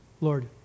Lord